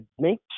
make